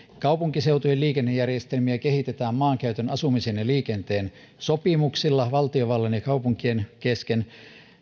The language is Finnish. kaupunkiseutujen liikennejärjestelmiä kehitetään maankäytön asumisen ja liikenteen sopimuksilla valtiovallan ja kaupunkien kesken